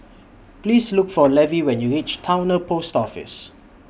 Please Look For Levy when YOU REACH Towner Post Office